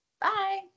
Bye